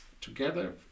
together